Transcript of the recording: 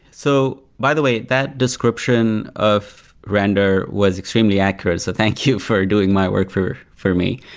so by the way, that description of render was extremely accurate. so thank you for doing my work for for me.